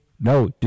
No